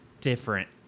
different